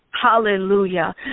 Hallelujah